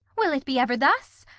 will it be ever thus?